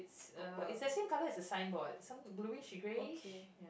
uh it's the same colour as the signboard some bluish greyish